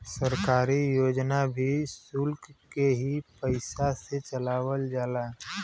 सरकारी योजना भी सुल्क के ही पइसा से चलावल जाला